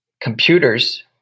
computers